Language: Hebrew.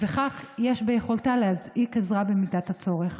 וכך יש ביכולתה להזעיק עזרה בשעת הצורך.